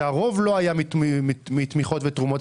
שהרוב לא היה מתמיכות ותרומות,